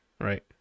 right